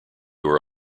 were